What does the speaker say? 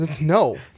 No